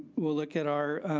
we'll look at our